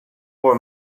for